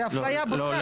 זה אפליה בוטה.